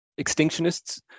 extinctionists